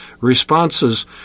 responses